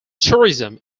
tourism